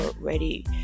ready